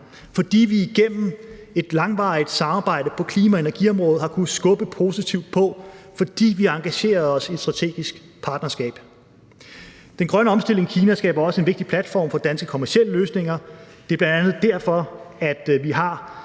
fordi vi igennem et langvarigt samarbejde på klima- og energiområdet har kunnet skubbe positivt på, fordi vi engagerede os i et strategisk partnerskab. Den grønne omstilling i Kina skaber også en vigtig platform for danske kommercielle løsninger. Det er bl.a. derfor, at vi har